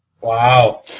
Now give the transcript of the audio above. Wow